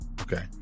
Okay